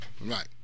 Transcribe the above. Right